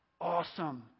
Awesome